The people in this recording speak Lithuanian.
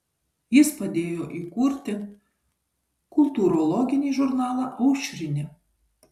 jis padėjo įkurti kultūrologinį žurnalą aušrinė